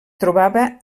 trobava